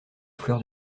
fleur